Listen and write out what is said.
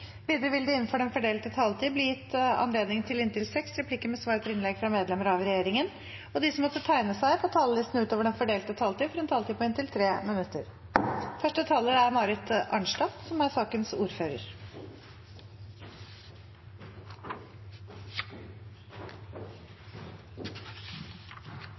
Videre vil det – innenfor den fordelte taletid – bli gitt anledning til inntil seks replikker med svar etter innlegg fra medlemmer av regjeringen, og de som måtte tegne seg på talerlisten utover den fordelte taletid, får også en taletid på inntil 3 minutter. I denne proposisjonen er